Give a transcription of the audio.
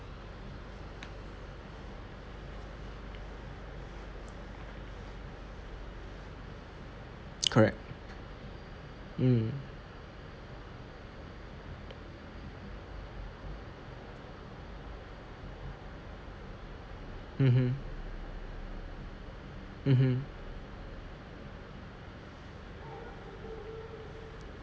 correct mm mmhmm mmhmm